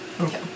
Okay